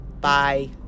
Bye